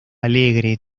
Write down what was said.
alegre